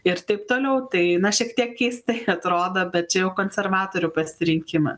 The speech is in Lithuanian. ir taip toliau tai na šiek tiek keistai atrodo bet čia jau konservatorių pasirinkimas